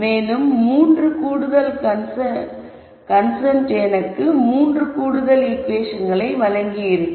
மேலும் 3 கூடுதல் கன்செண்ட் எனக்கு 3 கூடுதல் ஈகுவேஷன்களை வழங்கியிருக்கும்